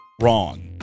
wrong